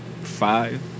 Five